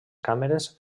càmeres